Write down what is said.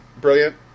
brilliant